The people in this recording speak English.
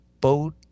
boat